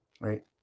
Right